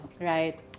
Right